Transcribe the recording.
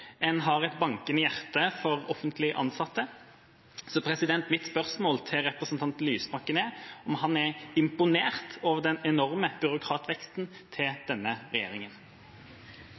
en har et bankende hjerte for offentlig ansatte. Mitt spørsmål til representanten Lysbakken er om han er imponert over den enorme byråkratveksten til denne regjeringen.